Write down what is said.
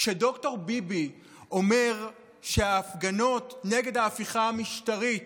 כשד"ר ביבי אומר שההפגנות נגד ההפיכה המשטרית